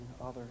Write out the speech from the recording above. others